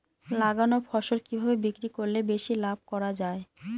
লাগানো ফসল কিভাবে বিক্রি করলে বেশি লাভ করা যায়?